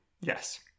Yes